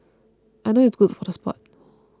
I know it's good for the sport